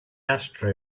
ashtray